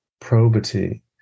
probity